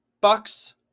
Bucks